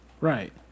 Right